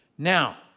Now